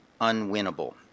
unwinnable